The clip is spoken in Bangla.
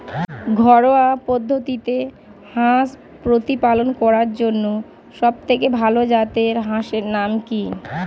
ঘরোয়া পদ্ধতিতে হাঁস প্রতিপালন করার জন্য সবথেকে ভাল জাতের হাঁসের নাম কি?